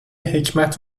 حکمت